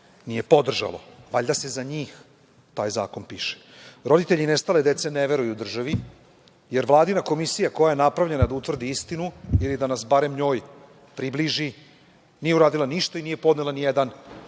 nije podržalo. Valjda se za njih taj zakon piše. Roditelji nestale dece ne veruju državi, jer Vladina komisija koja je napravljena da utvrdi istinu ili da nas barem njoj približi nije uradila ništa i nije podnela ni jedan